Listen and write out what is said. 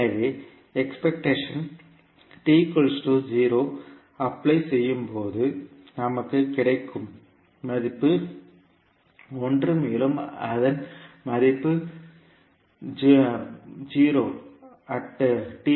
எனவே expectation apply செய்யும்போது நமக்கு கிடைக்கும் மதிப்பு 1 மேலும் அதன் மதிப்பு 0 அட்